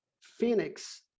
Phoenix